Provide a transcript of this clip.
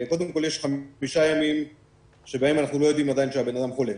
יש חמישה ימים שבהם אנחנו לא יודעים עדיין שהבן אדם חולה.